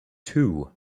two